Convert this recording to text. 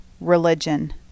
religion